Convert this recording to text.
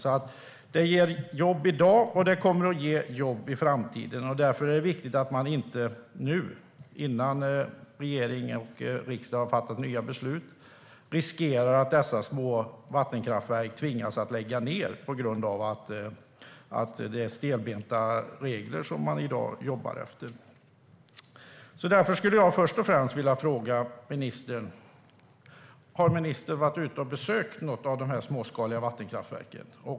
Det ger alltså jobb i dag, det kommer att ge jobb i framtiden, och därför är det viktigt att man inte nu, innan regering och riksdag har fattat nya beslut, riskerar att dessa små vattenkraftverk tvingas lägga ned på grund av stelbenta regler som man i dag jobbar efter. Jag skulle först och främst vilja fråga ministern om hon har varit ute och besökt något av de här småskaliga vattenkraftverken.